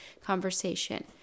conversation